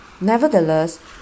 Nevertheless